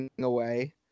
away